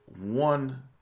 one